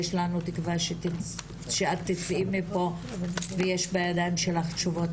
שיש לנו תקווה שתצאי מפה ויש בידיים שלך תשובות,